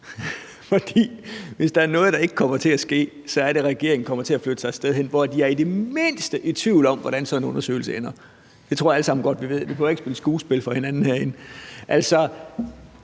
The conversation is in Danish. hvis der er noget, som ikke kommer til at ske, er det, at regeringen kommer til at flytte sig et sted hen, hvor de er det mindste i tvivl om, hvordan sådan en undersøgelse ender. Det tror jeg vi alle sammen godt ved, og vi behøver ikke spille skuespil for hinanden herinde. Hvis